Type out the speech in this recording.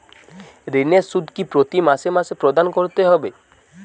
ঋণের সুদ কি প্রতি মাসে মাসে প্রদান করতে হবে?